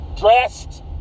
dressed